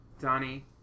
Donnie